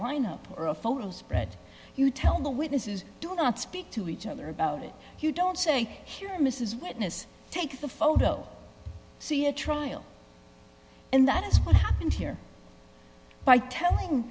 lineup or a photo spread you tell the witnesses do not speak to each other about it you don't say here mrs witness take the photo see a trial and that is what happened here by telling